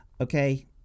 okay